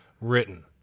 written